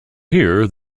here